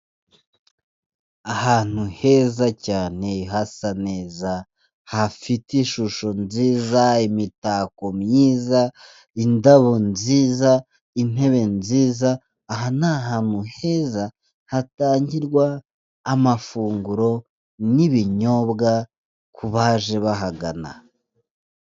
Ahantu heza cyane hasa neza hafite ishusho nziza imitako myiza, indabo nziza, intebe nziza, aha n'ahantu heza hatangirwa amafunguro n'ibinyobwa ku baje bahagana.